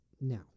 Now